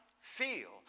feel